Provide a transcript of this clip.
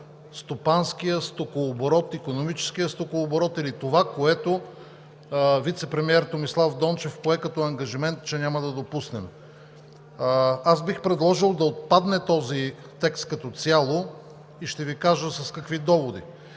стопанския стокооборот, икономическия стокооборот или това, което вицепремиерът Томислав Дончев пое като ангажимент, че няма да го допуснем. Аз бих предложил да отпадне този текст като цяло и ще Ви кажа с какви доводи.